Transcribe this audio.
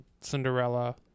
Cinderella